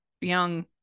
young